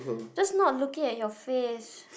just not looking at your face